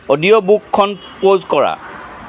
অডিঅ'বুকখন pause কৰা